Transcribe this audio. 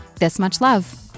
ThisMuchLove